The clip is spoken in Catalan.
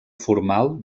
formal